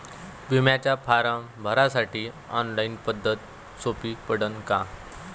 बिम्याचा फारम भरासाठी ऑनलाईन पद्धत सोपी पडन का?